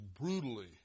brutally